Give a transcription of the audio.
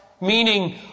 Meaning